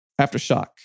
aftershock